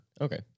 okay